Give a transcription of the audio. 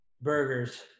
burgers